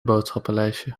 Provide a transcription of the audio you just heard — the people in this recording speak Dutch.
boodschappenlijstje